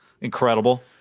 incredible